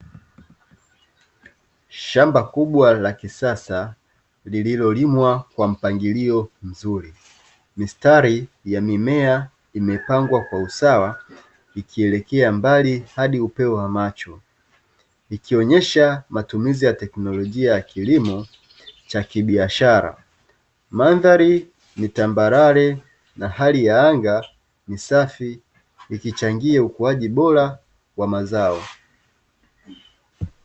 Shamba kubwa la kisasa lililolimwa kwa mpangilio mzuri, mistari ya mimea imepangwa kwa usawa ikielekea mbali hadi upeo wa macho, ikionyesha matumizi ya teknolojia ya kilimo cha kibiashara. Mandhari ni tambarare na hali ya anga ni safi ikichangia ukuaji bora wa mazao.